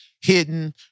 hidden